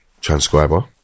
Transcriber